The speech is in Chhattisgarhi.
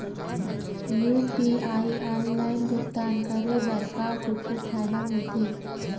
यू.पी.आई ऑनलाइन भुगतान करे बर का कुछू फायदा मिलथे?